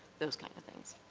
those kinds of things.